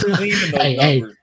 Hey